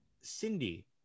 Cindy